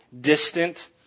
distant